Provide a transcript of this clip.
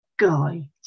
guy